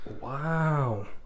Wow